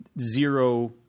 Zero